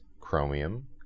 Chromium